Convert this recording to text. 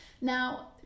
Now